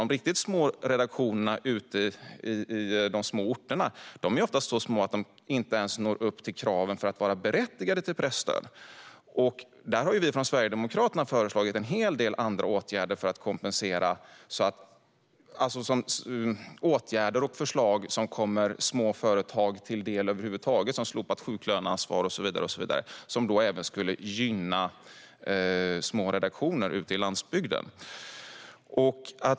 De riktigt små redaktionerna ute på de små orterna är oftast så små att de inte ens når upp till kraven för att vara berättigade till presstöd. Sverigedemokraterna har föreslagit en hel del andra åtgärder - till exempelvis slopat sjuklöneansvar - som överlag skulle komma små företag till del och som även skulle gynna små redaktioner ute på landsbygden.